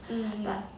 mm mm